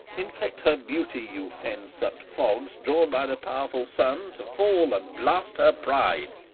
infect her beauty, you fen-suck'd fogs, drawn by the powerful sun, to fall and blast her pride!